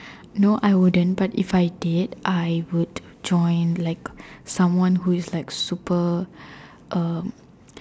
no I wouldn't but if I did I would join like someone who is super um